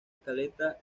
caleta